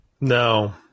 No